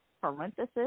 parenthesis